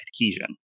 adhesion